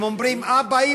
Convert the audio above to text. והם אומרים: אבא,